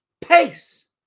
pace